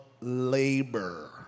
labor